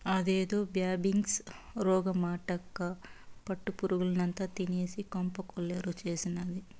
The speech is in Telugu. అదేదో బ్యాంబిక్స్ రోగమటక్కా పట్టు పురుగుల్నంతా తినేసి కొంప కొల్లేరు చేసినాది